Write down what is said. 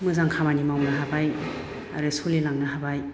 मोजां खामानि मावनो हाबाय आरो सोलिलांनो हाबाय